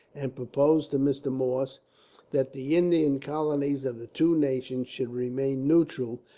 and proposed to mr. morse that the indian colonies of the two nations should remain neutral,